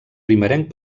primerenc